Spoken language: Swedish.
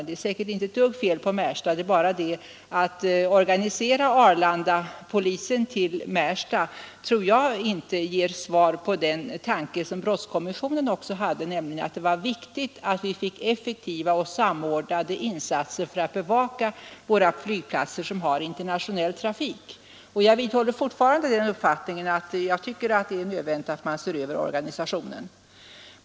Det är säkert inte något fel på Märsta; men att organisera Arlandapolisen till Märsta tror jag inte ger den effekt som brottskommissionen också tänkte sig, nämligen effektiva och samordnade insatser för att bevaka våra flygplatser med internationell trafik. Jag vidhåller uppfattningen att det är nödvändigt att se över organisationen.